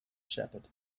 shepherd